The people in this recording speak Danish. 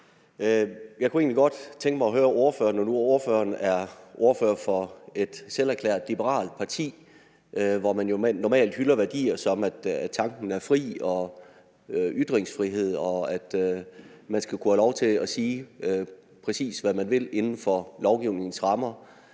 Tak for det, og tak til ordføreren for talen. Når nu ordføreren er ordfører for et selverklæret liberalt parti, hvor man jo normalt hylder værdier, som at tanken er fri, ytringsfrihed og det, at man skal have lov til at sige, præcis hvad man vil, inden for lovgivningens rammer,